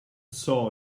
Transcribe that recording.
saw